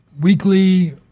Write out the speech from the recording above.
weekly